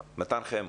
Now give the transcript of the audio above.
מתן חמו,